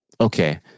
Okay